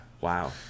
wow